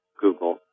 Google